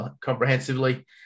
comprehensively